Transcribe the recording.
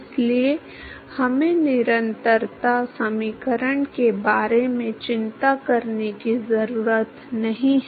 इसलिए हमें निरंतरता समीकरण के बारे में चिंता करने की ज़रूरत नहीं है